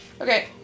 Okay